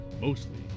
mostly